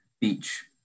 Beach